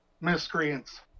miscreants